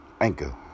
Anchor